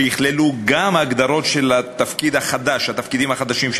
שיכללו גם הגדרות של התפקידים החדשים של